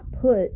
put